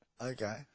Okay